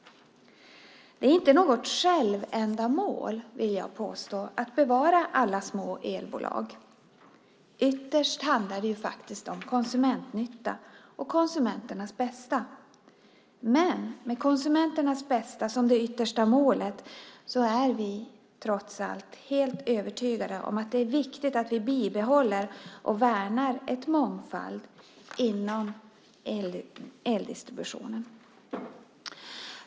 Det är inte något självändamål, vill jag påstå, att bevara alla små elbolag. Ytterst handlar det faktiskt om konsumentnytta och konsumenternas bästa. Men med konsumenternas bästa som det yttersta målet är vi, trots allt, helt övertygade om att det är viktigt att vi bibehåller och värnar en mångfald inom eldistributionen.